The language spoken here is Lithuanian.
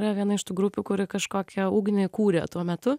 yra viena iš tų grupių kuri kažkokią ugnį kūrė tuo metu